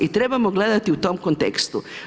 I trebamo gledati u tom kontekstu.